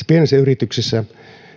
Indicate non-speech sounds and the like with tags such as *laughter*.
*unintelligible* pienissä yrityksissä